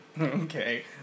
Okay